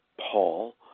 Paul